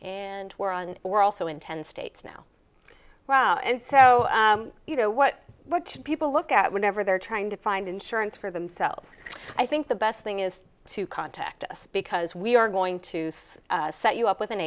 and we're on we're also in ten states now and so you know what people look at whenever they're trying to find insurance for themselves i think the best thing is to contact us because we are going to set you up with an